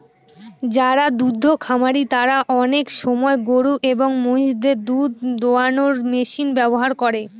যারা দুদ্ধ খামারি তারা আনেক সময় গরু এবং মহিষদের দুধ দোহানোর মেশিন ব্যবহার করে